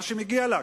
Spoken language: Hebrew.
מה שמגיע לה,